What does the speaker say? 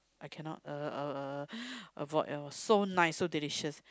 I cannot uh uh uh avoid it was so nice so delicious